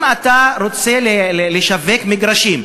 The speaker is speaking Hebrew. אם אתה רוצה לשווק מגרשים,